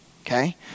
Okay